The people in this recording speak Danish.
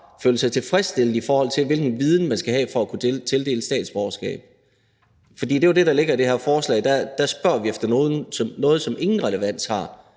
føler sig tilfredsstillet, i forhold til hvilken viden man skal have for at kunne tildele statsborgerskab? Det er jo det, der ligger i det her forslag. Der spørger vi efter noget, som ingen relevans har,